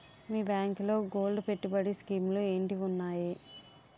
మీ బ్యాంకులో గోల్డ్ పెట్టుబడి స్కీం లు ఏంటి వున్నాయి?